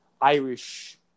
Irish